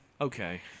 Okay